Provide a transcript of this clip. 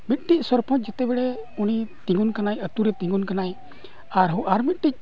ᱢᱤᱫᱴᱤᱡ ᱥᱚᱨᱯᱚᱧᱡᱽ ᱡᱮᱛᱮ ᱵᱮᱲᱮ ᱩᱱᱤ ᱛᱤᱸᱜᱩᱱ ᱠᱟᱱᱟᱭ ᱟᱹᱛᱩᱨᱮ ᱛᱤᱸᱜᱩᱱ ᱠᱟᱱᱟᱭ ᱟᱨᱦᱚᱸ ᱟᱨ ᱢᱤᱫᱴᱤᱡ